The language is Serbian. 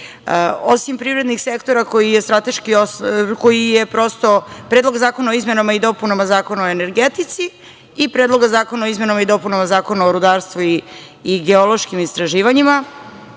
Osim privrednog sektora, koji je strateški osnov, Predlog zakona o izmenama i dopunama Zakona o energetici i Predloga zakona o izmenama i dopunama Zakona o rudarstvu i geološkim istraživanjima,